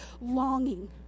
longing